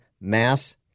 mass